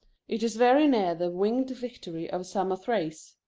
it is very near the winged victory of samothrace.